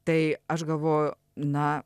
tai aš galvoju na